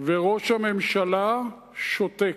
וראש הממשלה שותק.